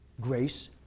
Grace